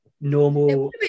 normal